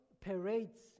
parades